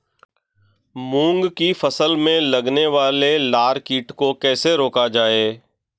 मूंग की फसल में लगने वाले लार कीट को कैसे रोका जाए?